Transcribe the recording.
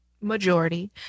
majority